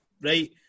right